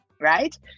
right